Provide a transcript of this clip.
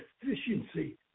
efficiency